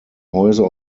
häuser